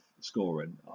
scoring